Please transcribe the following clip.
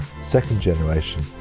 second-generation